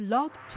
Love